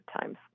times